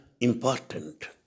important